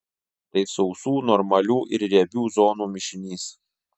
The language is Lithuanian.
tai sausų normalių ir riebių zonų mišinys